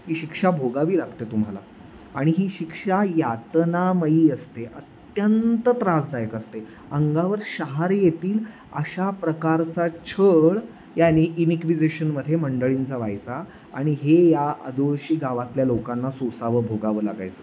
ही शिक्षा भोगावी लागते तुम्हाला आणि ही शिक्षा यातनामयी असते अत्यंत त्रासदायक असते अंगावर शहारे येतील अशा प्रकारचा छळ यांनी इनइक्विजिशनमध्ये मंडळींचा व्हायचा आणि हे या आदोळशी गावातल्या लोकांना सोसावं भोगावं लागायचं